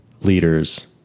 leaders